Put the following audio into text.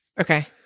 okay